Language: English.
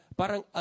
parang